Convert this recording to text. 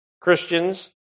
Christians